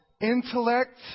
intellect